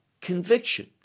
conviction